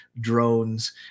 drones